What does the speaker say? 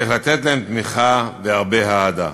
וצריך לתת להם תמיכה, והרבה אהדה.